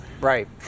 Right